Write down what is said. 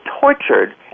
tortured